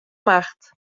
macht